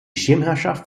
schirmherrschaft